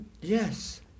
Yes